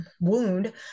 wound